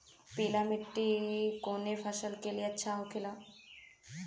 पीला मिट्टी कोने फसल के लिए अच्छा होखे ला?